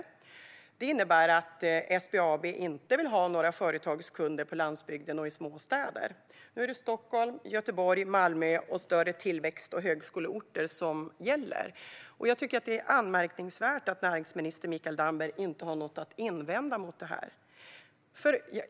Detta innebär att SBAB inte vill ha några företagskunder på landsbygden och i småstäder. Nu är det Stockholm, Göteborg, Malmö och större tillväxt och högskoleorter som gäller. Jag tycker att det är anmärkningsvärt att näringsminister Mikael Damberg inte har något att invända mot detta.